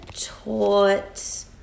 taught